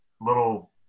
little